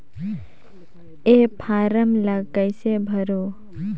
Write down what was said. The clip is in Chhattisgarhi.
ये फारम ला कइसे भरो?